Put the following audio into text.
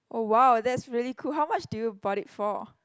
oh wow that's really cool how much do you bought it for